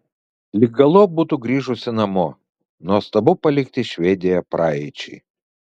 lyg galop būtų grįžusi namo nuostabu palikti švediją praeičiai